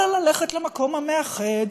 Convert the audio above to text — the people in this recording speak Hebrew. אלא ללכת למקום המאחד,